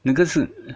那个是